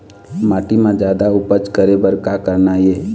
माटी म जादा उपज करे बर का करना ये?